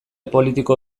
politiko